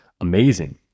amazing